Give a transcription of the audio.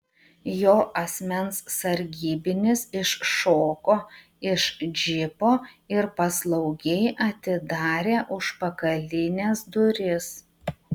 jo asmens sargybinis iššoko iš džipo ir paslaugiai atidarė užpakalines duris